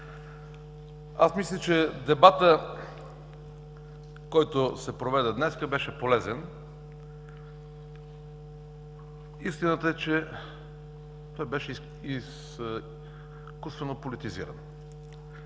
Мисля, че дебатът, който се проведе днес, беше полезен. Истината е, че той беше изкуствено политизиран.